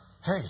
hey